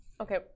Okay